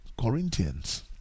Corinthians